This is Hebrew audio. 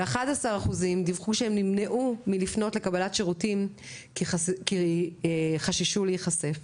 כ-11% דיווחו שהם נמנעו מלפנות לקבלת שירותים כי הם חששו להיחשף.